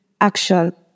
action